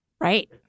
Right